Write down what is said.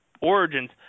Origins